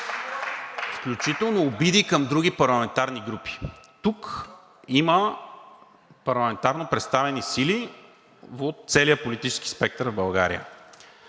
…включително обиди към други парламентарни групи. Тук има парламентарно представени сили от целия политически спектър в България.